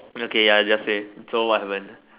okay ya you just say so what happen